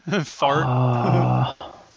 Fart